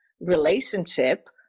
relationship